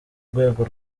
rwego